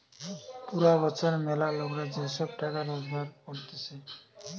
পুরা বছর ম্যালা লোকরা যে সব টাকা রোজগার করতিছে